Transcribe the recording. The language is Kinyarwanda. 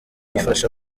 ifasha